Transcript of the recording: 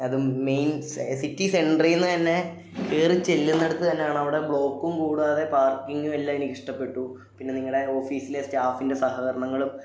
അതും main city സെന്ററിൽ നിന്ന് തന്നെ കയറി ചെല്ലുന്നിടത്ത് തന്നെയാണ് അവിടെ ബ്ലോക്കും കൂടാതെ പാർക്കിങ്ങും എല്ലാം എനിക്കിഷ്ടപ്പെട്ടു പിന്നെ നിങ്ങളുടെ ഓഫീസിലെ സ്റ്റാഫിൻ്റെ സഹകരണങ്ങളും